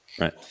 right